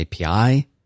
API